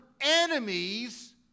enemies